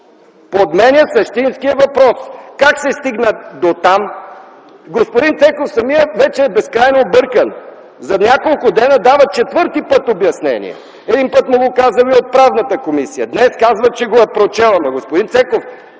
подменя същинския въпрос – как се стигна дотам. Самият господин Цеков вече е безкрайно объркан. За няколко дена дава четвърти път обяснение. Един път му казали от Правната комисия, днес казва, че го е прочел. Ама, господин Цеков,